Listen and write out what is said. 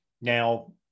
now